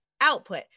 output